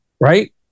right